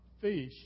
fish